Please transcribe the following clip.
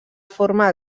forma